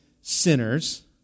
sinners